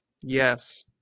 Yes